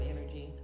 energy